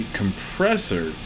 compressor